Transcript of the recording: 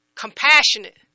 compassionate